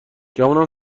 گمونم